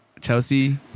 Chelsea